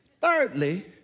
Thirdly